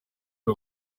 ari